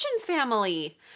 family